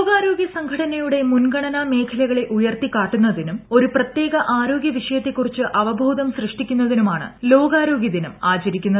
ലോകാരോഗ്യ സംഘടനയുടെ മുൻഗണനാ മേഖലകളെ ഉയർത്തിക്കാട്ടുന്നതിനും ഒരു പ്രത്യേക ആരോഗ്യവിഷയത്തെക്കുറിച്ച് അവബോധം സൃഷ്ടിക്കുന്നതിനുമാണ് ലോകാരോഗൃ ദിനം ആചരിക്കുന്നത്